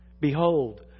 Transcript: Behold